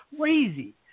crazy